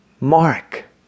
Mark